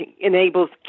enables